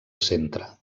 centre